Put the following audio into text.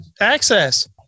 access